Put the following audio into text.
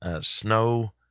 Snow